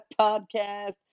podcast